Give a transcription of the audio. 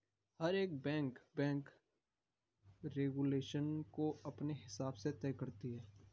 हर एक bank bank regulation को अपने हिसाब से तय करती है